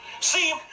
See